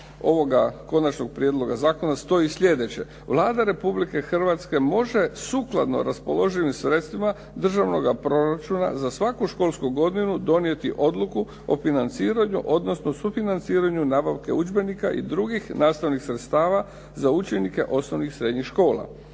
ovoga konačnog prijedloga zakona stoji sljedeće. Vlada Republike Hrvatske može sukladno raspoloživim sredstvima državnoga proračuna za svaku školsku godinu donijeti odluku o financiranju, odnosno sufinanciranju nabavke udžbenika i drugih nastavnih sredstava za učenike osnovnih i srednjih škola.